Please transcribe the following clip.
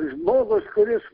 žmogus kuris